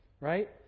right